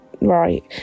right